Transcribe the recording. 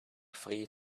free